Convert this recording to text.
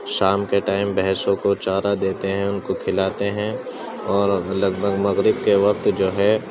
شام کے ٹائم بھینسوں کو چارہ دیتے ہیں ان کو کھلاتے ہیں اور لگ بھگ مغرب کے وقت جو ہے